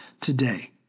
today